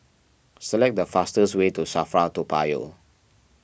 select the fastest way to Safra Toa Payoh